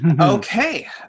Okay